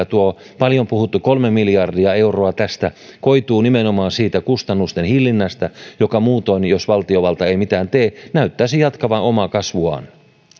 tuo paljon puhuttu kolme miljardia euroa tästä koituu nimenomaan siitä kustannusten hillinnästä joka muutoin jos valtiovalta ei mitään tee näyttäisi jatkavan omaa kasvuaan